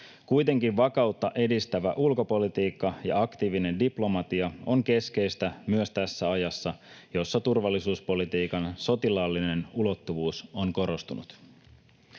Kuitenkin vakautta edistävä ulkopolitiikka ja aktiivinen diplomatia on keskeistä myös tässä ajassa, jossa turvallisuuspolitiikan sotilaallinen ulottuvuus on korostunut.